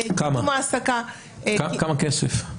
כמה כסף?